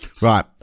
Right